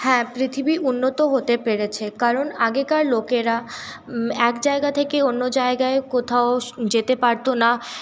হ্যাঁ পৃথিবী উন্নত হতে পেরেছে কারণ আগেকার লোকেরা এক জায়গা থেকে অন্য জায়গায় কোথাও যেতে পারতো না